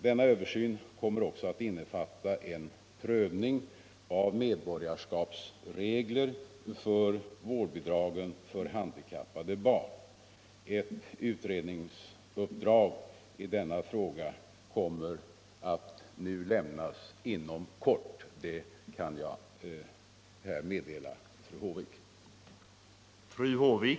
Denna översyn kommer också att innefatta en prövning av medborgarskapsreglerna för vårdbidragen för handikappade barn. Ett utredningsuppdrag i denna fråga kommer att lämnas inom kort. Det kan jag här meddela fru Håvik.